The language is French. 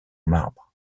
marbre